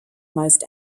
most